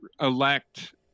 elect